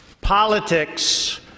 politics